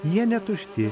jie netušti